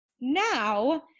Now